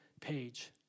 page